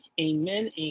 amen